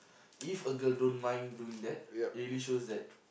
if a girl don't mind doing that really shows that